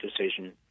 decision